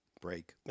break